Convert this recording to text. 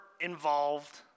involved